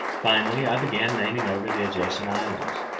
finally, i began naming over the adjacent islands.